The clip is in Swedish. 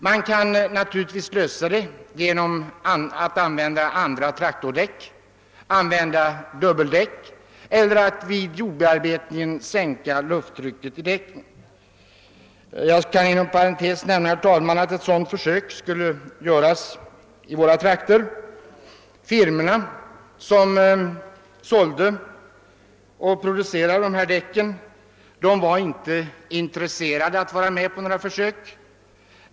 Man kan naturligtvis lösa problemet genom att använda andra traktordäck, dubbeldäck, eller genom att vid jordbearbetningen sänka lufttrycket i däcken. Jag kan inom parentes nämna, herr talman, att ett sådant försök skulle göras i mina hemtrakter. De firmor som producerade och sålde dessa däck var emellertid inte intresserade av att vara med om något försök.